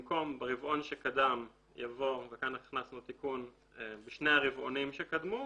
במקום "ברבעון שקדם" יבוא" כאן הכנסנו תיקון - "בשני הרבעונים שקדמו"